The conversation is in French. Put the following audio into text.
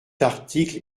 article